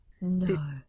no